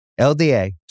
LDA